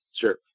sure